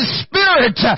spirit